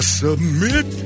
submit